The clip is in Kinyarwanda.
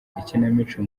ikinamico